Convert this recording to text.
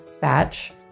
batch